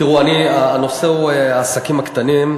תראו, הנושא הוא העסקים הקטנים.